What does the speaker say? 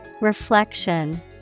Reflection